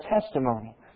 testimony